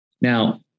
Now